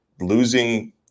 losing